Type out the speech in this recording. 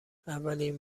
اولین